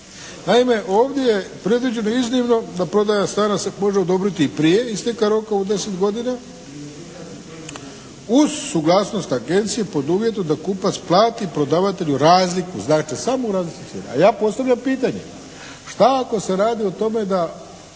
Naime ovdje je predviđeno iznimno da prodaja stana se može odobriti i prije isteka roka od 10 godina uz suglasnost agencije pod uvjetom da kupac plati prodavatelju razliku, znači samo u razlici cijena.